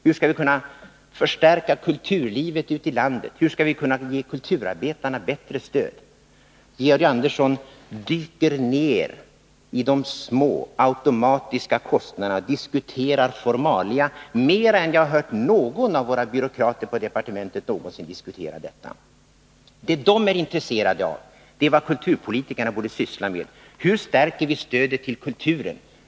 Hur skall vi kunna förstärka kulturlivet i landet? Hur skall vi kunna ge kulturarbetarna bättre stöd? Georg Andersson dyker ned i de små automatiska kostnaderna, diskuterar formalia mera än jag hört någon av våra byråkrater på departementet någonsin göra. Vad de är intresserade av är vad kulturpolitikerna borde syssla med: Hur stärker vi stödet till kulturen?